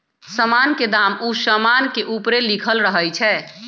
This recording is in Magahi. समान के दाम उ समान के ऊपरे लिखल रहइ छै